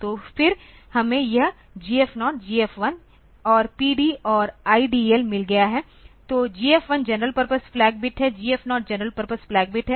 तो फिर हमें यह GF 0 GF 1 और PD और IDL मिल गया है तो GF 1 general purpose flag bit है GF0 general purpose flag bit है